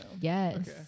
Yes